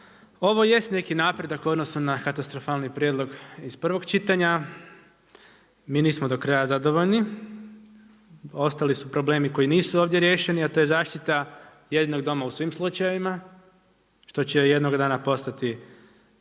Ovo jest neki napredak u odnosu na katastrofalni prijedlog iz prvog čitanja. Mi nismo do kraja zadovoljni, ostali su problemi koji nisu ovdje riješeni, a to je zaštita jedinog doma u svim slučajevima što će jednog dana postati ja